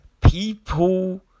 people